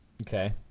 Okay